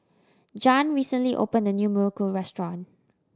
Jan recently opened a new muruku restaurant